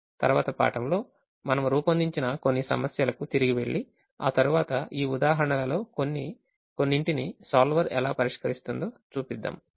తరువాతి పాఠంలో మనము రూపొందించిన కొన్ని సమస్యలకు తిరిగి వెళ్లి ఆ తర్వాత ఈ ఉదాహరణలలో కొన్నింటికి సోల్వర్ ఎలా పరిష్కరిస్తుంధో చూపిస్తాము